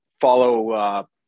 follow